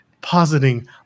positing